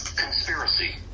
Conspiracy